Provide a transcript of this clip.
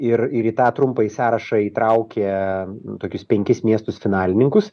ir ir į tą trumpąjį sąrašą įtraukia tokius penkis miestus finalininkus